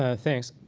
ah thanks.